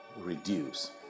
reduce